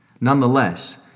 Nonetheless